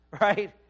right